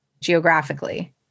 geographically